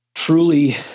Truly